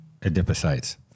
adipocytes